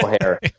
hair